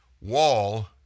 Wall